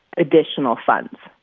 additional funds